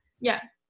Yes